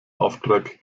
auftrag